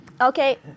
Okay